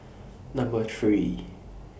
Number three